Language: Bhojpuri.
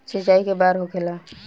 सिंचाई के बार होखेला?